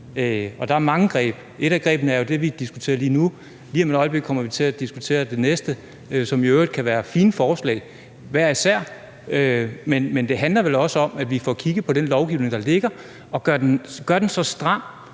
der er mange greb. Et af grebene er jo det, som vi diskuterer lige nu, og lige om et øjeblik kommer vi til at diskutere det næste, som jo i øvrigt hver især kan være fine forslag. Men det handler vel også om, at vi får kigget på den lovgivning, der ligger, og gør den så stram,